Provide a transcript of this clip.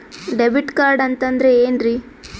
Debit card ಅಂತಂದ್ರೆ ಏನ್ರೀ?